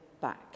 back